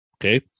Okay